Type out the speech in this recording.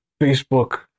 Facebook